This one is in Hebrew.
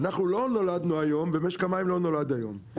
אנחנו לא נולדנו היום ומשק המים לא נולד היום,